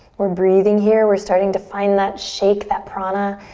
we're breathing here. we're starting to find that shake, that prana,